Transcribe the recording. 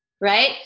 right